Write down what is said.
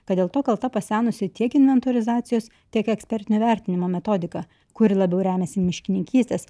kad dėl to kalta pasenusi tiek inventorizacijos tiek ekspertinio vertinimo metodika kuri labiau remiasi miškininkystės